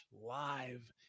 live